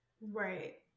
Right